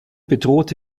bedroht